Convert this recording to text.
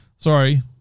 Sorry